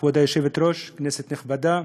כבוד היושבת-ראש, כנסת נכבדה,